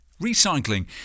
Recycling